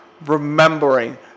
remembering